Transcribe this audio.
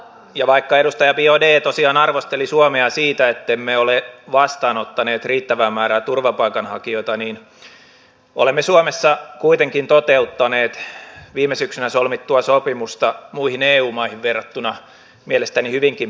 ja vaikka edustaja biaudet tosiaan arvosteli suomea siitä ettemme ole vastaanottaneet riittävää määrää turvapaikanhakijoita niin olemme suomessa kuitenkin toteuttaneet viime syksynä solmittua sopimusta muihin eu maihin verrattuna mielestäni hyvinkin pedantisti